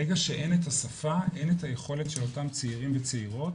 ברגע שאין את השפה אין את היכולת של אותם צעירים וצעירות